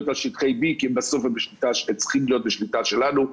על שטחי B כי בסוף הם צריכים להיות בשליטה שלנו.